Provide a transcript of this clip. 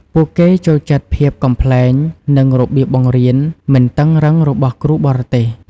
ពួកគេចូលចិត្តភាពកំប្លែង និងរបៀបបង្រៀនមិនតឹងរ៉ឹងរបស់គ្រូបរទេស។